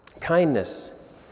kindness